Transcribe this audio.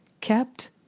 kept